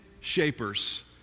shapers